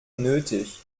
nötig